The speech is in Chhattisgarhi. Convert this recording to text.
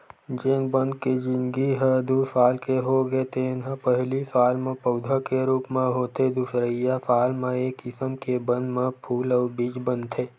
जेन बन के जिनगी ह दू साल के होथे तेन ह पहिली साल म पउधा के रूप म होथे दुसरइया साल म ए किसम के बन म फूल अउ बीज बनथे